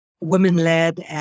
women-led